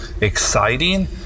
exciting